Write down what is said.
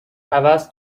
عوض